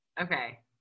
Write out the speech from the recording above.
Okay